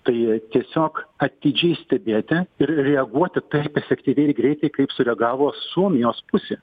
tai tiesiog atidžiai stebėti ir reaguoti taip efektyviai ir greitai kaip sureagavo suomijos pusė